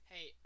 Hey